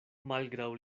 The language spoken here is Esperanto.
malgraŭ